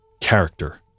character